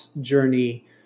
journey